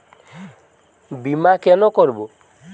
বিমা কেন করব?